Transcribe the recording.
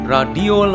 Radio